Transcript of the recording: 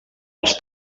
els